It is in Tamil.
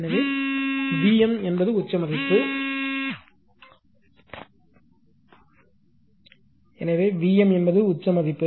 எனவே v m என்பது உச்ச மதிப்பு